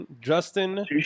Justin